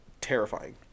terrifying